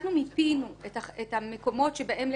אנחנו מיפינו את המקומות שבהם,